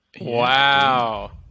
wow